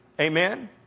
Amen